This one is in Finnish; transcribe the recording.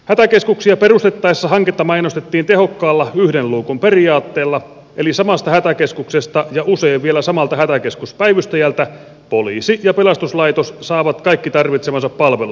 hätäkeskuksia perustettaessa hanketta mainostettiin tehokkaalla yhden luukun periaatteella eli samasta hätäkeskuksesta ja usein vielä samalta hätäkeskuspäivystäjältä poliisi ja pelastuslaitos saavat kaikki tarvitsemansa palvelut